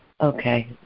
okay